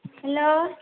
hello